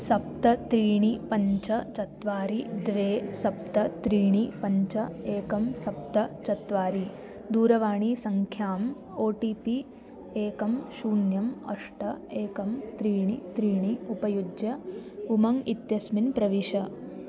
सप्त त्रीणि पञ्च चत्वारि द्वे सप्त त्रीणि पञ्च एकं सप्त चत्वारि दूरवाणीसङ्ख्याम् ओ टि पि एकं शून्यम् अष्ट एकं त्रीणि त्रीणि उपयुज्य उमङ्ग् इत्यस्मिन् प्रविश